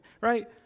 right